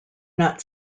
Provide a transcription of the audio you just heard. not